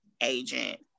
agent